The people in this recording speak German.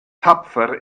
tapfer